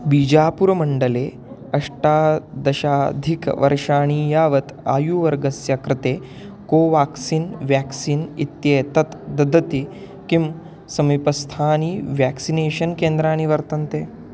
बीजापुरमण्डले अष्टादशाधिकवर्षाणि यावत् आयुवर्गस्य कृते कोवाक्सिन् व्याक्सीन् इत्येतत् ददति किं समीपस्थानि व्याक्सिनेषन् केन्द्राणि वर्तन्ते